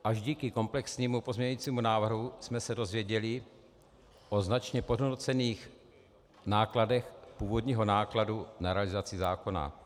Až díky komplexnímu pozměňovacímu návrhu jsme se dozvěděli o značně podhodnocených nákladech původního nákladu na realizaci zákona.